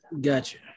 Gotcha